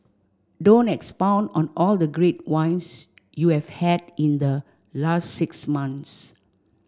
don't expound on all the great wines you have had in the last six months